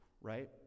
right